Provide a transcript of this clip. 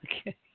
Okay